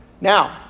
Now